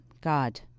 God